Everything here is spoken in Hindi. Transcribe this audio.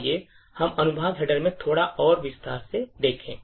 आइए हम अनुभाग हेडर में थोड़ा और विस्तार देखें